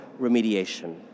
remediation